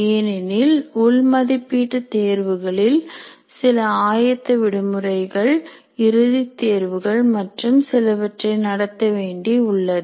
ஏனெனில் உள் மதிப்பீட்டு தேர்வுகள் சில ஆயத்த விடுமுறைகள்இறுதி தேர்வுகள் மற்றும் சிலவற்றை நடத்த வேண்டி உள்ளது